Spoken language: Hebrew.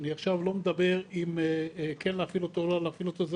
אני עכשיו לא מדבר אם כן להפעיל אותו או לא להפעיל אותו,